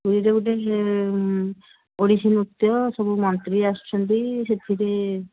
ପୁରୀରେ ଗୋଟିଏ ଓଡ଼ିଶୀ ନୃତ୍ୟ ସବୁ ମନ୍ତ୍ରୀ ଆସୁଛନ୍ତି ସେଥିରେ